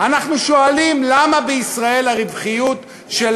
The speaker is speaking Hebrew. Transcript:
אנחנו שואלים, למה בישראל הרווחיות של